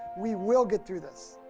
we will get through this.